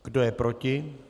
Kdo je proti?